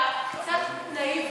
אתה קצת נאיבי.